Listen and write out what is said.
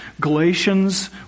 Galatians